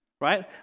Right